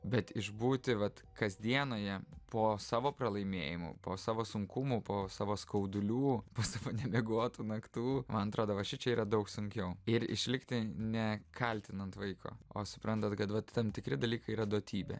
bet išbūti vat kasdienoje po savo pralaimėjimų po savo sunkumų po savo skaudulių po savo nemiegotų naktų man atrodo va šičia yra daug sunkiau ir išlikti ne kaltinant vaiką o suprantant kad vat tam tikri dalykai yra duotybė